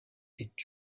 est